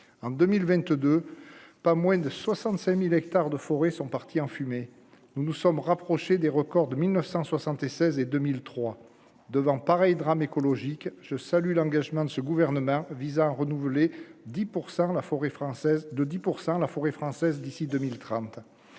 en 2022 pas moins de 65000 hectares de forêts sont partis en fumée, nous nous sommes rapprochés des records de 1976 et 2003 devant pareil drame écologique je salue l'engagement de ce gouvernement visant renouveler 10 % la forêt française, de 10